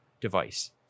device